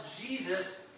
Jesus